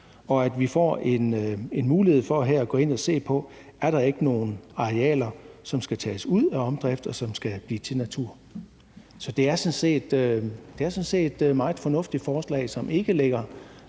og at vi her får en mulighed for at gå ind at se på, om der ikke er nogle arealer, som skal tages ud af omdrift, og som skal blive til natur. Så det er sådan set et meget fornuftigt forslag, som ikke lægger